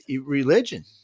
religion